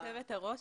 גברתי יושבת הראש,